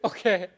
Okay